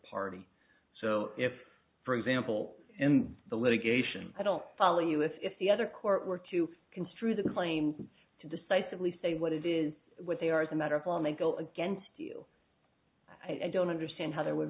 party so if for example in the litigation i don't follow you if the other court were to construe the claim to decisively say what it is what they are as a matter of law may go against you i don't understand how that would